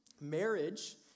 Marriage